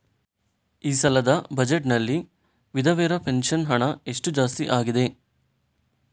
ಈ ಸಲದ ಬಜೆಟ್ ನಲ್ಲಿ ವಿಧವೆರ ಪೆನ್ಷನ್ ಹಣ ಎಷ್ಟು ಜಾಸ್ತಿ ಆಗಿದೆ?